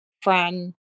Fran